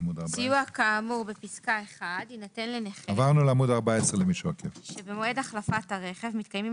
סיוע כאמור בפסקה (1) יינתן לנכה שבמועד החלפת הרכב מתקיימים